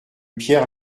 pierre